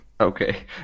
Okay